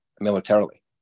militarily